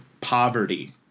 poverty